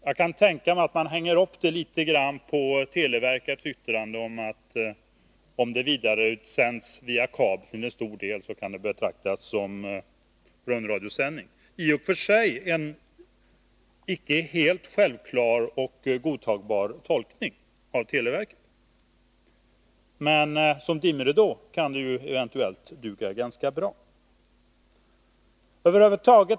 Jag kan tänka mig att man hänger upp detta på televerkets yttrande om att om program vidareutsänds via kabel kan det betraktas som rundradiosändning. Det är i och för sig en inte helt självklar och godtagbar tolkning av televerket, men som dimridå kan det eventuellt duga bra.